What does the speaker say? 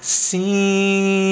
see